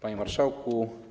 Panie Marszałku!